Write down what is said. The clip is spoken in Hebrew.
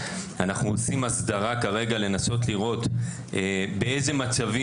אנחנו עושים הסדרה כרגע לנסות לראות באיזה מצבים